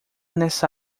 nessa